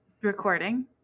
recording